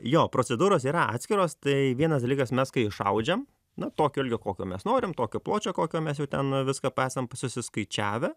jo procedūros yra atskiros tai vienas dalykas mes kai išaudžiam na tokio ilgio kokio mes norim tokio pločio kokio mes jau ten viską pesam susiskaičiavę